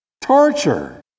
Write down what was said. Torture